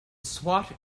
swat